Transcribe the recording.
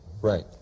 Right